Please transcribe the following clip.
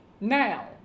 now